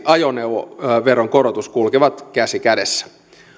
ajoneuvoveron korotus kulkevat käsi kädessä